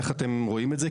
איך אתם רואים את זה,